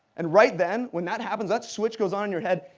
and right then, when that happens, that switch goes on in your head,